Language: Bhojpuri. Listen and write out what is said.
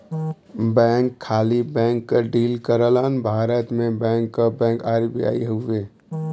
बैंक खाली बैंक क डील करलन भारत में बैंक क बैंक आर.बी.आई हउवे